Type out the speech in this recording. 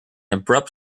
abrupt